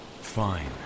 Fine